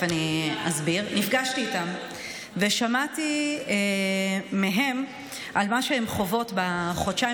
נפגשתי איתן ושמעתי מהן על מה שהן חוות בחודשיים